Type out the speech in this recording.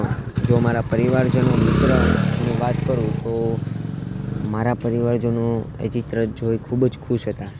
જો મારા પરિવારજનો મિત્રની વાત કરું તો મારા પરિવારજનો એ ચિત્ર જોઈ ખૂબ જ ખુશ હતા